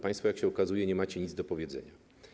Państwo, jak się okazuje, nie macie nic do powiedzenia.